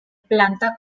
planta